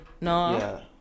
No